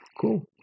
Cool